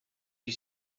you